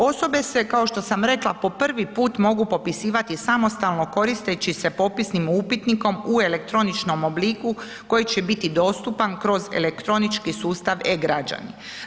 Osobe se kao što sam rekla po prvi puta mogu popisivati samostalno koristeći se popisnim upitnikom u elektroničnom obliku koji će biti dostupan kroz elektronički sustav e-građani.